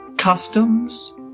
customs